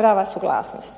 prava suglasnost.